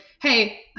Hey